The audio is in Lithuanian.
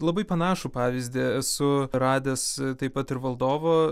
labai panašų pavyzdį esu radęs taip pat ir valdovo